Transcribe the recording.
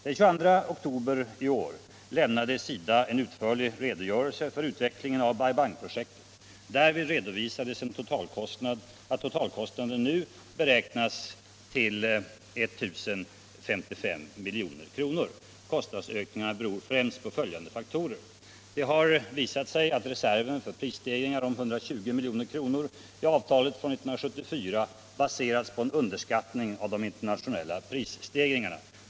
Den 22 oktober i år lämnade SIDA en utförlig redogörelse för utvecklingen av Bai Bang-projektet. Därvid redovisades att totalkostnaden nu beräknas till 1 055 milj.kr. Kostnadsökningarna beror främst på följande faktorer. Det har visat sig att reserven för prisstegringar om 120 milj.kr. i avtalet från 1974 baserats på en underskattning av de internationella prisstegringarna.